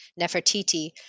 Nefertiti